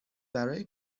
برای